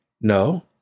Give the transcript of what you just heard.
No